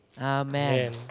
Amen